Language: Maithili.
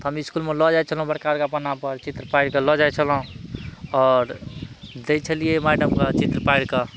तऽ हम इसकुलमे लऽ जाइ छलहुॅं बड़का कऽ अपना पर चित्र पारि कऽ लऽ जाइ छलहुॅं आओर दै छलियै मैडमके चित्र पारि कऽ